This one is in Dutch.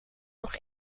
nog